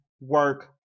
work